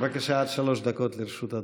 בבקשה, עד שלוש דקות לרשות אדוני.